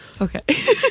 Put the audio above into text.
Okay